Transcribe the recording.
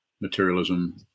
materialism